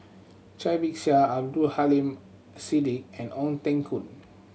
Cai Bixia Abdul Aleem Siddique and Ong Teng Koon